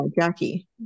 Jackie